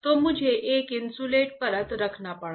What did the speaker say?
तो मुझे एक इन्सुलेट परत रखना पड़ा